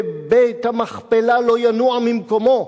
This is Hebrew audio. ובית-המכפלה לא ינוע ממקומו,